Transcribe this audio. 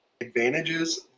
advantages